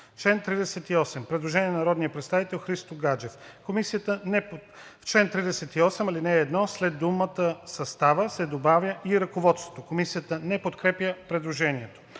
шеста. Предложение на народния представител Христо Гаджев: „В чл. 38, ал. 1 след думата „състава“ се добавя „и ръководството“.“ Комисията не подкрепя предложението.